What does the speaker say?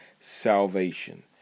Salvation